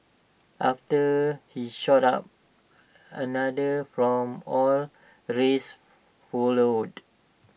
after he stood up another from all races followed